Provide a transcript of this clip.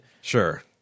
Sure